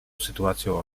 sytuacją